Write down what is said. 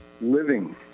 living